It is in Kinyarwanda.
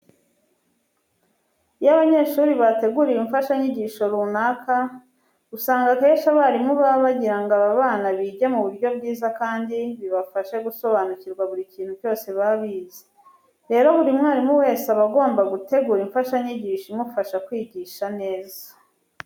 Iyo abanyeshuri bateguriwe imfashanyigisho runaka usanga akenshi abarimu baba bagira ngo aba bana bige mu buryo bwiza kandi bibafashe gusobanukirwa buri kintu cyose baba bize. Rero buri mwarimu wese aba agomba gutegura imfashanyigisho imufasha kwigisha neza.